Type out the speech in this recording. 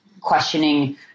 questioning